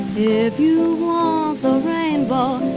if you want the rainbow,